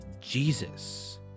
Jesus